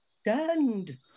Stand